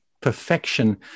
perfection